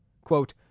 Quote